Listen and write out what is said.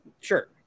Sure